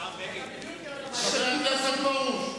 חבר הכנסת פרוש.